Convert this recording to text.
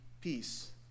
Peace